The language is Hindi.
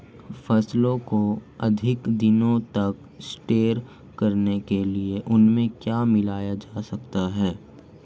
फसलों को अधिक दिनों तक स्टोर करने के लिए उनमें क्या मिलाया जा सकता है?